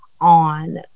on